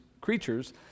creatures